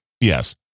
yes